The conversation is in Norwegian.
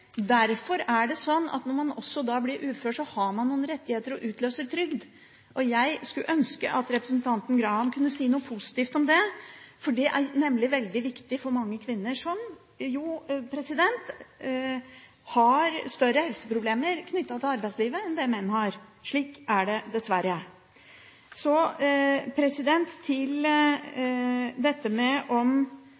Derfor er det slik at når man også blir ufør, har man noen rettigheter som utløser trygd. Jeg skulle ønske at representanten Graham kunne si noe positivt om det, for det er nemlig veldig viktig for mange kvinner, som har større helseproblemer knyttet til arbeidslivet enn det menn har. Slik er det, dessverre. Så til